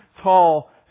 tall